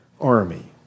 army